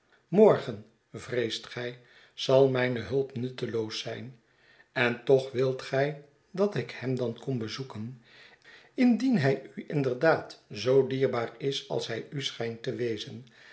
morgen vreest gij zal mijne hulp nutteloos zijn en toch wilt gij dat ik hem dan kom bezoeken indien hij u inderdaad zoo dierbaar is als hij u schijnt te wezen